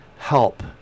help